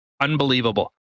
unbelievable